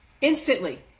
Instantly